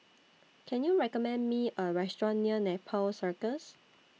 Can YOU recommend Me A Restaurant near Nepal Circus